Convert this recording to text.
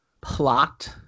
plot